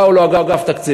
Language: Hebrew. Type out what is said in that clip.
באו לו אגף תקציבים,